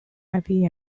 happy